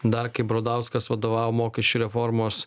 dar kai bradauskas vadovavo mokesčių reformos